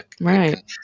Right